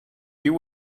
you